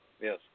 yes